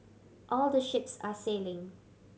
all the ships are sailing